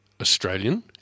Australian